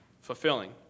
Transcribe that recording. fulfilling